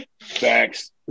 Thanks